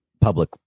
public